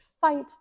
fight